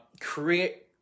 create